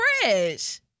fresh